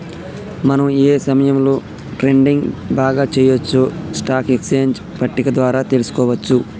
మనం ఏ సమయంలో ట్రేడింగ్ బాగా చెయ్యొచ్చో స్టాక్ ఎక్స్చేంజ్ పట్టిక ద్వారా తెలుసుకోవచ్చు